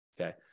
okay